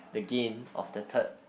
the gain of the third